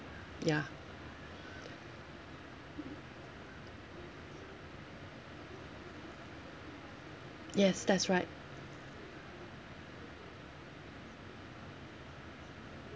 ya yes that's right